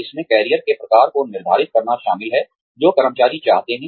इसमें कैरियर के प्रकार को निर्धारित करना शामिल है जो कर्मचारी चाहते हैं